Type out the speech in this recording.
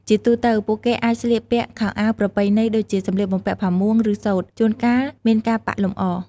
ជាទូទៅ ពួកគេអាចស្លៀកពាក់ខោអាវប្រពៃណីដូចេជា សម្លៀកបំពាក់ផាមួង ឬសូត្រ ជួនកាលមានការប៉ាក់លម្អ។